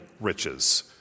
riches